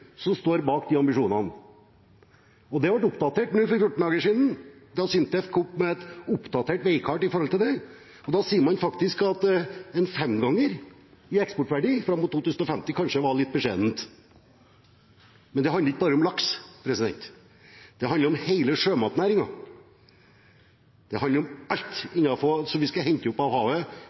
som står bak de ambisjonene. Det ble oppdatert nå for 14 dager siden, da SINTEF kom med et oppdatert veikart når det gjelder det. Da sier man faktisk at en femdobling av eksportverdien fram mot 2050 kanskje var litt beskjedent. Men det handler ikke bare om laks. Det handler om hele sjømatnæringen. Det handler om alt som vi skal hente opp fra havet, som er framtidige muligheter, potensial og inntekter med tanke på dette. Så den doblingen av